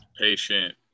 patient